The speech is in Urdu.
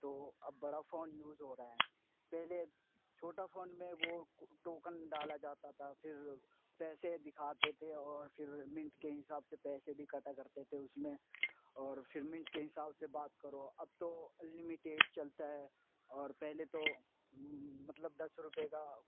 تو اب بڑا فون یوز ہو رہا ہے پہلے چھوٹا فون میں وہ ٹوکن ڈالا جاتا تھا پھر پیسے دکھاتے تھے اور پھر منٹ کے حساب سے پیسے بھی کٹا کرتے تھے اس میں اور پھر منٹ کے حساب سے بات کرو اب تو انلمیٹیڈ چلتا ہے اور پہلے تو مطلب دس روپئے کا